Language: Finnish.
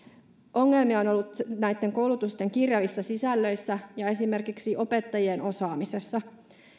ongelmia on ollut näitten koulutusten kirjavissa sisällöissä ja esimerkiksi opettajien osaamisessa